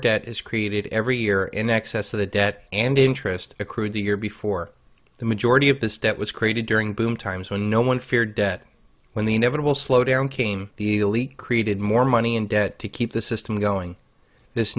debt is created every year in excess of the debt and interest accrued the year before the majority of this debt was created during boom times when no one feared debt when the inevitable slow down came the elite created more money in debt to keep the system going this